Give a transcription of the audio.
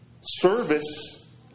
Service